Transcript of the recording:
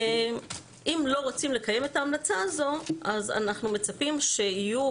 אם לא רוצים לקיים את ההמלצה הזאת אז אנחנו מצפים שתהיה